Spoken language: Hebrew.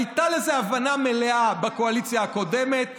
הייתה לזה הבנה מלאה בקואליציה הקודמת.